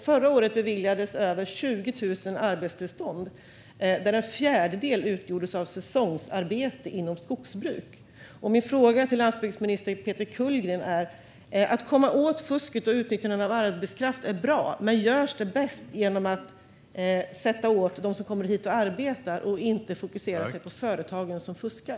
Förra året beviljades över 20 000 arbetstillstånd där en fjärdedel utgjordes av säsongsarbete inom skogsbruk. Min fråga till landsbygdsminister Peter Kullgren är: Att komma åt fusket och utnyttjandet av arbetskraft är bra, men görs det bäst genom att sätta åt dem som kommer hit och arbetar och att inte fokusera på företagen som fuskar?